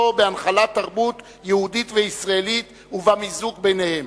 בהנחלת תרבות יהודית וישראלית ובמיזוג ביניהן.